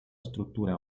struttura